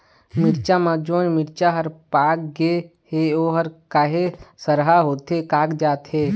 मिरचा म जोन मिरचा हर पाक गे हे ओहर काहे सरहा होथे कागजात हे?